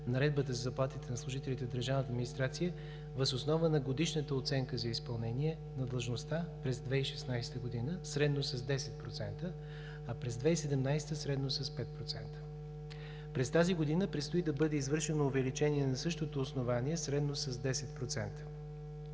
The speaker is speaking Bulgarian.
Наредбата за заплатите на служителите в държавната администрация въз основа на годишната оценка за изпълнение на длъжността през 2016 г. средно с 10%, а през 2017 г. – средно с 5 %. През тази година предстои да бъде извършено увеличение на същото основание средно с 10%.